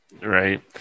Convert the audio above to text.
Right